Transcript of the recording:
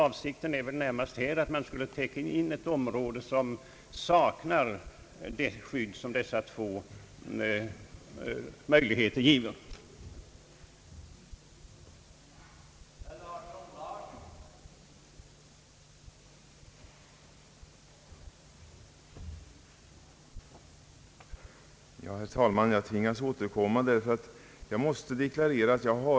Avsikten här är väl närmast att man skulle täcka in ett område, som saknar det skydd som dessa två möjligheter kan ge.